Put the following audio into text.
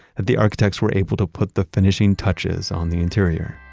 that the architects were able to put the finishing touches on the interior.